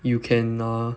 you can ah